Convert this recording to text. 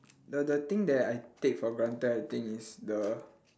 the the thing that I take for granted I think is the